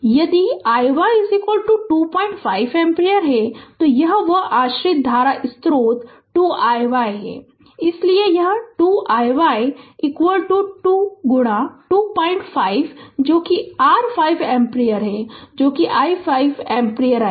इसलिए यदि iy 25 ampere है तो यह वह आश्रित धारा स्रोत 2 iy है इसलिए यह 2 iy 2 गुणा 25 है जो कि r 5 एम्पीयर है जो कि r 5 एम्पीयर है